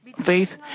faith